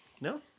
No